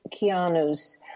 Keanu's